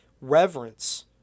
reverence